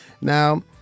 Now